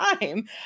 time